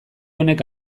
honek